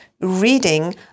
reading